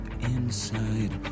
inside